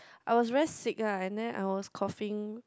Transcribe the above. I was very sick lah and then I was coughing